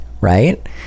right